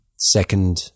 second